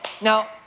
Now